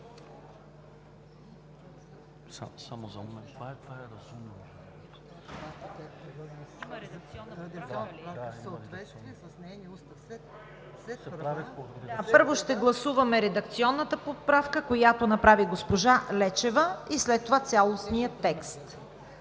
Първо ще гласуваме редакционната поправка, която направи госпожа Лечева, и след това цялостния текст.